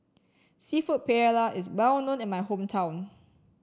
Seafood Paella is well known in my hometown